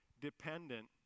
dependent